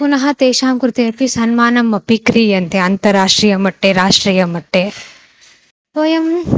पुनः तेषां कृते अपि सन्मानम् अपि क्रियन्ते अन्तराष्ट्रीयमट्टे राष्ट्रीयमट्टे वयम्